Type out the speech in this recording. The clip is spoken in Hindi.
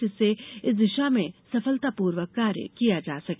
जिससे इस दिशा में सफलतापूर्वक कार्य किया जा सके